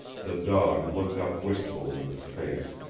the dog looked up wistfully in his face.